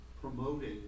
promoting